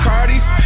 Cardi's